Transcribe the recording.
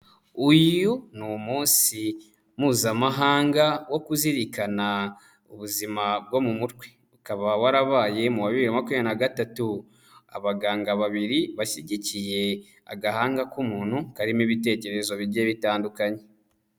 Uyu ni umunsi mpuzamahanga wo kuzirikana ubuzima bwo mu mutwe, ukaba warabaye mu wa bibiri na makumyabiri na gatatu, abaganga babiri bashyigikiye agahanga k'umuntu karimo ibitekerezo bigiye bitandukanye.